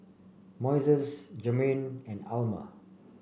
Moises Germaine and Almer